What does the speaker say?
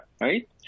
right